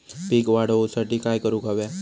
पीक वाढ होऊसाठी काय करूक हव्या?